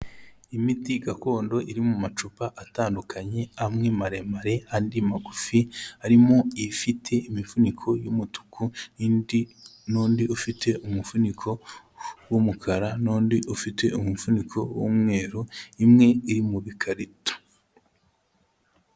Imiti gakondo iri mu macupa atandukanye, amwe maremare andi magufi, harimo ifite imifuniko y'umutuku, n'indi n'undi ufite umufuniko w'umukara, n'undi ufite umufuniko w'umweru, imwe iri mu bikarito.